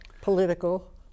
political